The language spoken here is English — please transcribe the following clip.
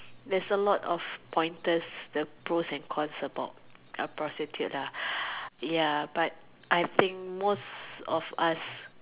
there's a lot of pointers the pros and cons about a prostitute ya but I think most of us